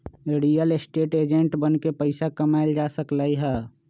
real estate agent बनके पइसा कमाएल जा सकलई ह